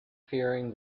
fearing